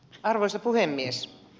arvoisa puhemies